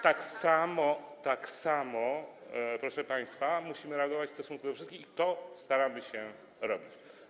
Tak samo, proszę państwa, musimy reagować w stosunku do wszystkich i to staramy się robić.